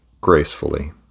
gracefully